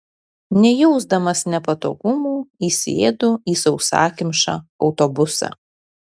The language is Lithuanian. nejausdamas nepatogumų įsėdu į sausakimšą autobusą